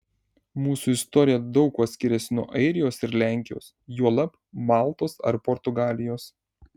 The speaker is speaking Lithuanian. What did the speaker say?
mūsų istorija daug kuo skiriasi nuo airijos ir lenkijos juolab maltos ar portugalijos